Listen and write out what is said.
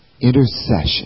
intercession